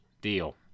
deal